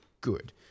good